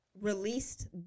released